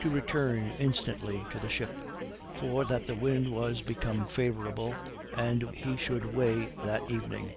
to return instantly to the ship for that the wind was become favorable and he should weigh that evening.